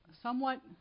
somewhat